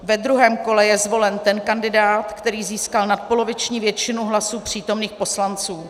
Ve druhém kole je zvolen ten kandidát, který získal nadpoloviční většinu hlasů přítomných poslanců.